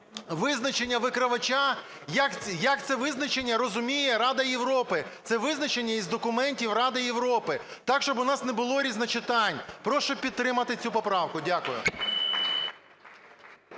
визначення "викривача", як це визначення розуміє Рада Європи. Це визначення із документів Ради Європи. Так щоб у нас не було різночитань, прошу підтримати цю поправку. Дякую.